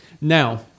Now